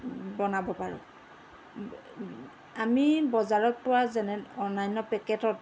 বনাব পাৰোঁ আমি বজাৰত পোৱা যেনে অন্যান্য পেকেটত